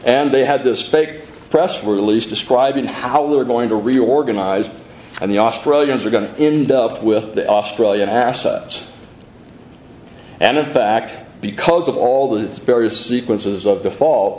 and they had this fake press release describing how they were going to reorganize and the australians were going to end up with the australian assets and in fact because of all the various sequences of the fall